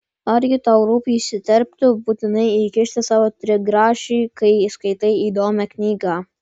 argi tau rūpi įsiterpti būtinai įkišti savo trigrašį kai skaitai įdomią knygą